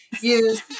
use